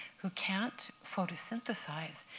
who can't photosynthesize,